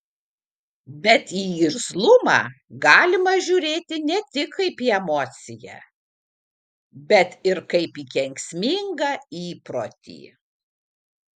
bet į irzlumą galima žiūrėti ne tik kaip į emociją bet ir kaip į kenksmingą įprotį